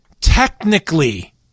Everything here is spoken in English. technically